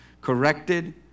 corrected